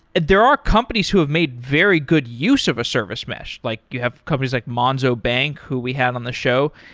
there are companies who have made very good use of a service mesh, like you have companies like monzo bank who we had on the show.